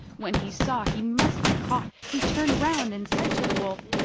when he saw he must be caught he turned round and said to the wolf,